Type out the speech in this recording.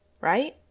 right